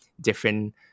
different